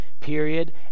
period